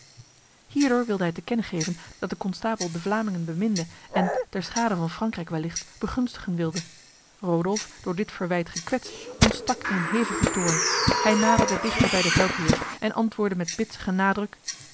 hierdoor wilde hij te kennen geven dat de konstabel de vlamingen beminde en ter schade van frankrijk wellicht begunstigen wilde rodolf door dit verwijt gekwetst ontstak in een hevige toorn hij naderde dichter bij de veldheer en antwoordde met bitsige